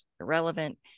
irrelevant